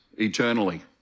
eternally